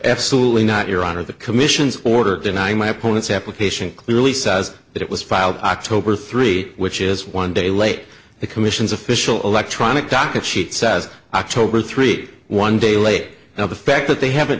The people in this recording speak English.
absolutely not your honor the commission's order denying my opponents have a patient clearly says that it was filed october three which is one day late the commission's official electronic docket sheet says october three one day late now the fact that they haven't